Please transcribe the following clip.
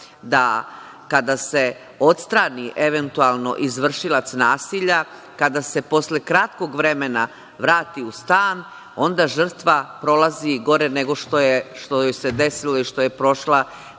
da kada se odstrani eventualno izvršilac nasilja, kada se posle kratkog vremena vrati u stan, onda žrtva prolazi gore nego što joj se desilo i što je prošla